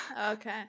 Okay